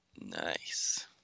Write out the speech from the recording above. Nice